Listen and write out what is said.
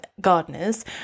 Gardeners